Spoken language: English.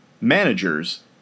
managers